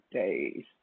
days